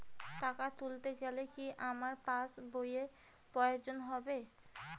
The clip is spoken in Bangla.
টাকা তুলতে গেলে কি আমার পাশ বইয়ের প্রয়োজন হবে?